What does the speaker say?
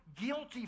guilty